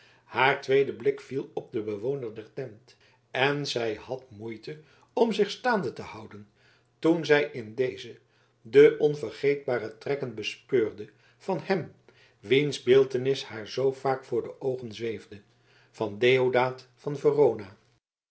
haar tweede blik viel op den bewoner der tent en zij had moeite om zich staande te houden toen zij in dezen de onvergeetbare trekken bespeurde van hem wiens beeltenis haar zoo vaak voor oogen zweefde van deodaat van verona